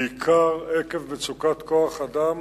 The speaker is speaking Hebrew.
בעיקר עקב מצוקת כוח-אדם,